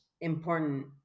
important